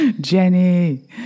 Jenny